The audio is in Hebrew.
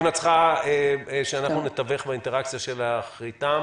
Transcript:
אם את צריכה שאנחנו נתווך באינטראקציה שלך אתם